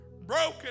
broken